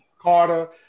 Carter